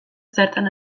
zertan